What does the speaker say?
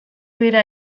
dira